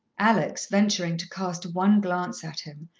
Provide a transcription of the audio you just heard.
alex, venturing to cast one glance at him,